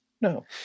no